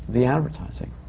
the advertising.